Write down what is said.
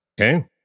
Okay